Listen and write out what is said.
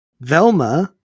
Velma